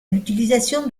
l’utilisation